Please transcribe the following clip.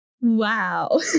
wow